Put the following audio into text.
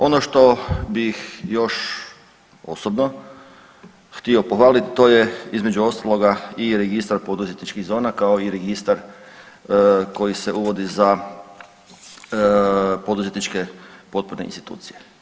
Ono što bih još osobno htio pohvalit, to je između ostaloga i registar poduzetničkih zona kao i registar koji se uvodi za poduzetničke potporne institucije.